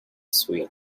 sweet